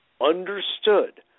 understood